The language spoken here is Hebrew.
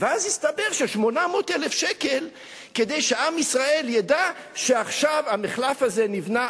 ואז הסתבר ש-800,000 שקל כדי שעם ישראל ידע שעכשיו המחלף הזה נבנה,